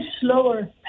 slower